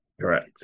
Correct